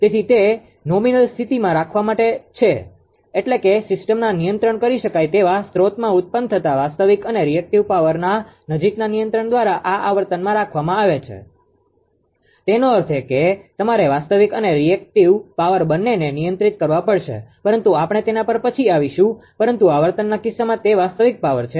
તેથી તે નોમિનલ સ્થિતિમાં રાખવામાં આવે છે એટલે કે સિસ્ટમના નિયંત્રણ કરી શકાય તેવા સ્ત્રોતમાં ઉત્પન્ન થતા વાસ્તવિક અને રીએક્ટીવ પાવરreactive powerપ્રતીક્રીયાશીલ પાવરના નજીકના નિયંત્રણ દ્વારા આ આવર્તનમાં રાખવામાં આવે છે તેનો અર્થ એ કે તમારે વાસ્તવિક અને રીએક્ટીવ પાવર બંનેને નિયંત્રિત કરવા પડશે પરંતુ આપણે તેના પર પછી આવીશું પરંતુ આવર્તનના કિસ્સામાં તે વાસ્તવિક પાવર છે